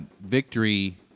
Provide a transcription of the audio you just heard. victory